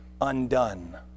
undone